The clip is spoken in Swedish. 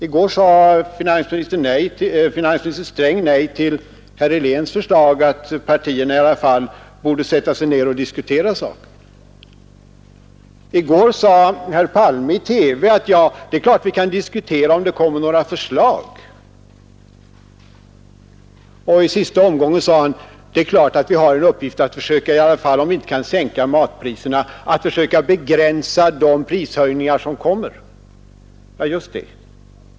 I går sade finansminister Sträng nej till herr Heléns förslag om att partierna i alla fall skulle sätta sig ner och diskutera saken. I går sade herr Palme i TV att det är klart att regeringen kan diskutera, om det kommer några förslag, och i sista omgången sade han: Det är klart att vi har en uppgift att, om vi inte kan sänka matpriserna, ändå försöka begränsa de prishöjningar som kommer. Ja, just det!